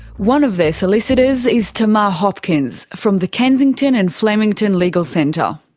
one of their solicitors is tamar hopkins from the kensington and flemington legal centre.